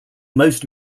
most